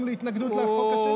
אבל גפני רשום להתנגדות לחוק השני.